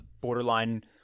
borderline